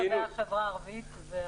מה את מציעה לגבי החברה הערבית והחרדית?